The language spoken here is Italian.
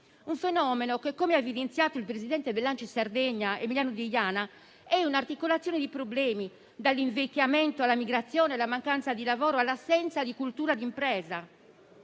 fenomeno, come ha evidenziato il presidente dell'ANCI Sardegna Emiliano Deiana, è un'articolazione di problemi, dall'invecchiamento alla migrazione, alla mancanza di lavoro e all'assenza di cultura di impresa.